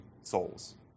souls